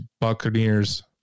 Buccaneers